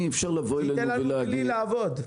אדוני,